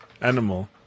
animal